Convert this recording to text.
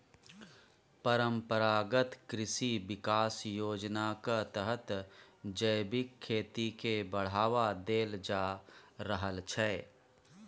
परंपरागत कृषि बिकास योजनाक तहत जैबिक खेती केँ बढ़ावा देल जा रहल छै